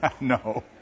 No